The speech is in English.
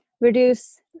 reduce